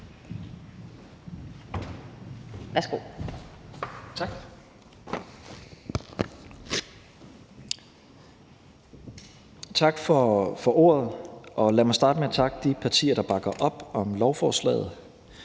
Tesfaye): Tak for ordet. Lad mig starte med at takke de partier, der bakker op om lovforslaget.